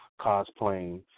cosplaying